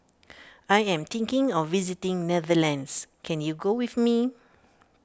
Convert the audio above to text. I am thinking of visiting Netherlands can you go with me